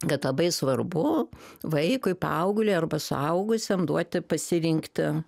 kad labai svarbu vaikui paaugliui arba suaugusiam duoti pasirinkt